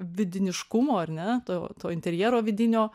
vidiniškumo ar ne to to interjero vidinio